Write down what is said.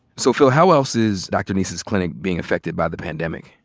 so phil, how else is dr. niess's clinic being affected by the pandemic?